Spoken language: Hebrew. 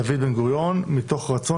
דוד בן-גוריון, מתוך רצון